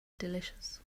delicious